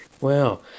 Wow